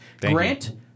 Grant